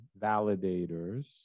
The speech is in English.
validators